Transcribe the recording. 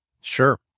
Sure